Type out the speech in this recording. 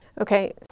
Okay